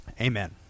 Amen